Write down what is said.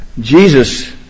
Jesus